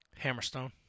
Hammerstone